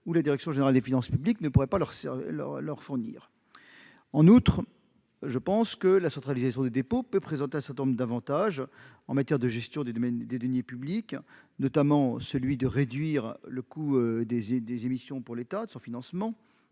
que la direction générale des finances publiques ne pourraient leur fournir. En outre, la centralisation des dépôts me semble présenter un certain nombre d'avantages, en matière de gestion des deniers publics, notamment celui de réduire le coût des émissions de titres de financement